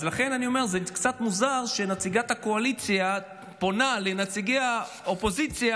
אז לכן אני אומר שזה קצת מוזר שנציגת הקואליציה פונה לנציגי האופוזיציה,